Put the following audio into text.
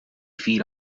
feed